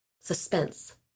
suspense